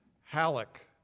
Halleck